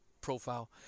profile